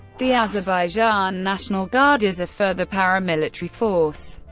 the azerbaijan national guard is a further paramilitary force.